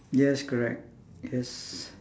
yes correct yes